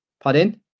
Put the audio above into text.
pardon